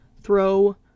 throw